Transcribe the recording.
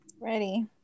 Ready